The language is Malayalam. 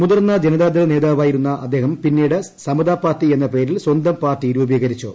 മുതിർന്ന ജനതാദൾ നേതാവായിരുന്ന അദ്ദേഹം പിന്നീട് സമതാ പാർട്ടി എന്ന പേരിൽ സ്വന്തം പാർട്ടി രൂപീകരിച്ചു